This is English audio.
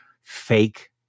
fake